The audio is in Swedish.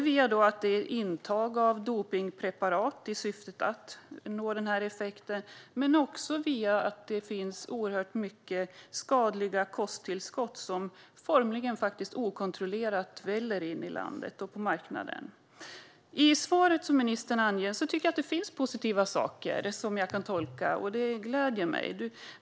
Men det finns också oerhört många skadliga kosttillskott som formligen okontrollerat väller in i landet och på marknaden. Vissa saker i ministerns svar kan tolkas positivt. Det gläder mig.